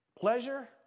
pleasure